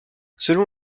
selon